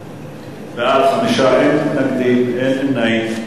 בעד, 5, אין מתנגדים, אין נמנעים.